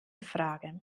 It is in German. frage